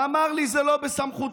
ואמר לי: זה לא בסמכותך.